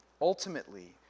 Ultimately